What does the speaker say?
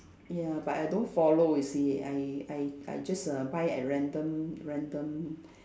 ya but I don't follow you see I I I just uh buy at random random